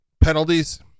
penalties